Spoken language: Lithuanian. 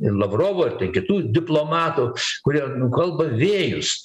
lavrovo ar tai kitų diplomatų kurie kalba vėjus